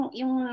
yung